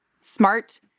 smart